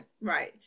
right